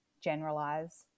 generalize